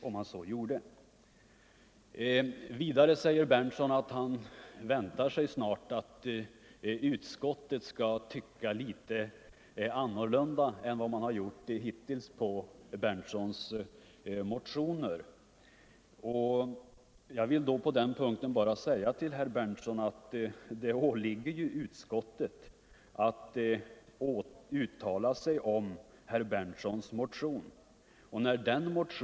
Vidare säger herr Berndtson att han väntar sig att utskottet snart skall ändra åsikt gentemot hans motioner. På den punkten vill jag bara säga Nr 109 Onsdagen den 5 od " 30 oktober 1974 skall kunna framlägga några direkt nya synpunkter.